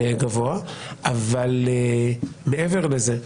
אבל מעבר לזה,